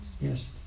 yes